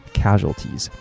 casualties